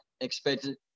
expected